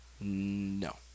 no